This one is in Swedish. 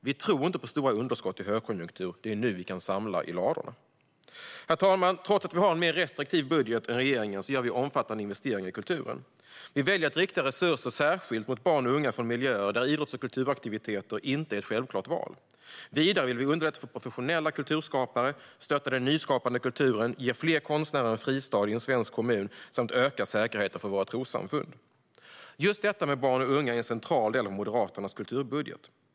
Vi tror inte på stora underskott i högkonjunktur; det är nu vi kan samla i ladorna. Herr talman! Trots att vi har en mer restriktiv budget än regeringen gör vi omfattande investeringar i kulturen. Vi väljer att rikta resurser särskilt mot barn och unga från miljöer där idrotts och kulturaktiviteter inte är ett självklart val. Vidare vill vi underlätta för professionella kulturskapare, stötta den nyskapande kulturen, ge fler konstnärer en fristad i en svensk kommun samt öka säkerheten för våra trossamfund. Just detta med barn och unga är en central del av Moderaternas kulturbudget.